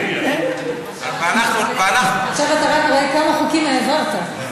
עכשיו אתה רואה כמה חוקים העברת.